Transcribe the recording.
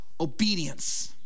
Obedience